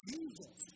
Jesus